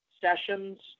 sessions